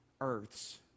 earths